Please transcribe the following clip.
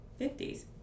50s